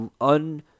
un